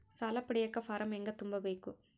ಸಾಲ ಪಡಿಯಕ ಫಾರಂ ಹೆಂಗ ತುಂಬಬೇಕು?